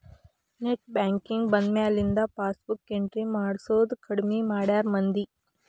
net banking ಬಂದ್ಮ್ಯಾಲಿಂದ passbook entry ಮಾಡ್ಸೋದ್ ಕಡ್ಮಿ ಮಾಡ್ಯಾರ ಮಂದಿ